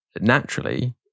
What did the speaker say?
naturally